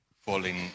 falling